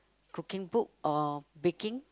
cooking book or baking